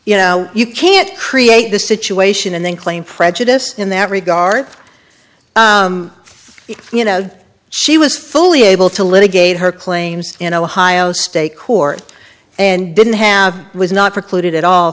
you know you can't create the situation and then claim prejudice in that regard you know she was fully able to litigate her claims in ohio state court and didn't have was not precluded at all